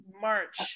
March